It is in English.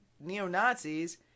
neo-Nazis